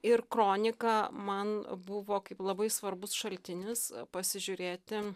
ir kronika man buvo kaip labai svarbus šaltinis pasižiūrėti